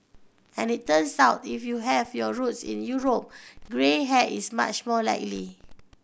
and it turns out if you have your roots in Europe grey hair is much more likely